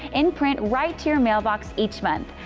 in print right to your mailbox each month.